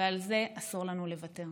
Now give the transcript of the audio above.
ועל זה אסור לנו לוותר.